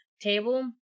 table